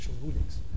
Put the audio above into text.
rulings